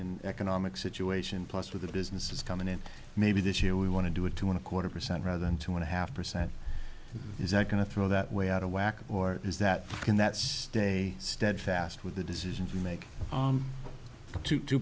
in economic situation plus with the businesses coming in maybe this year we want to do it to want a quarter percent rather than two and a half percent is that going to throw that way out of whack or is that can that stay steadfast with the decision to make two